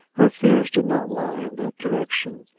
her fears did not lie in that direction,